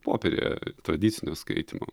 popieriuje tradicinio skaitymo